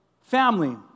Family